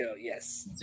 yes